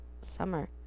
summer